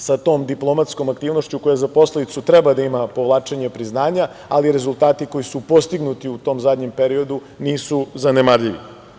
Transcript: sa tom diplomatskog aktivnošću koja za posledicu treba da ima povlačenje priznanja, ali rezultati koji su postignuti u tom zadnjem periodu nisu zanemarljivi.